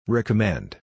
Recommend